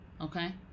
Okay